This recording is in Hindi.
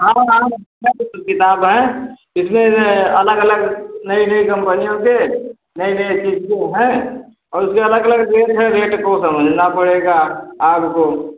हाँ हाँ सबके किताब हैं इसमें जो है अलग अलग नई नई कम्पनियों के नई नई चीज़ के हैं और उसके अलग अलग रेट हैं रेट को समझना पड़ेगा आपको